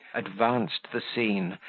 advanced the scene,